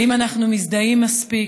האם אנחנו מזדהים מספיק?